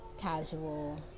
casual